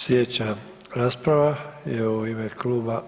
Slijedeća rasprava je u ime Kluba